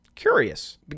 Curious